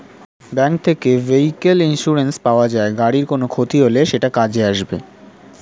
bank থেকে vehicle insurance পাওয়া যায়, গাড়ির কোনো ক্ষতি হলে সেটা কাজে আসবে